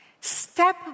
Step